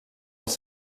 els